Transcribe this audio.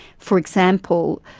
for example,